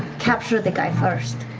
capture the guy first.